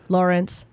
Lawrence